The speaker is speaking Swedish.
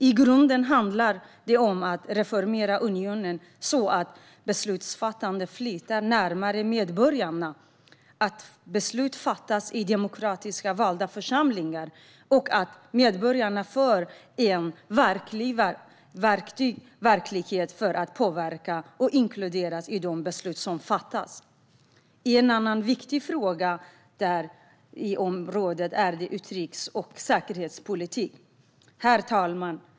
I grunden handlar det om att reformera unionen, så att beslutsfattandet flyttar närmare medborgarna, att beslut fattas i demokratiskt valda församlingar och att medborgarna får en verklig möjlighet att påverka och inkluderas i de beslut som fattas. Ett annat viktigt område är utrikes och säkerhetspolitiken. Herr talman!